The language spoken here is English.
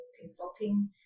Consulting